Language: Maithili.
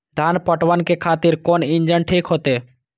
धान पटवन के खातिर कोन इंजन ठीक होते?